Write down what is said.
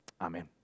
Amen